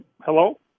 Hello